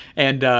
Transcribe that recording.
and